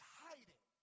hiding